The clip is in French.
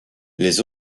les